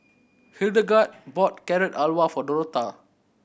Hildegarde bought Carrot Halwa for Dorotha